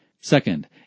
Second